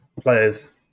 players